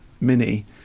mini